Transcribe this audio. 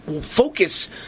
focus